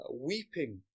weeping